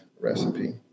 recipe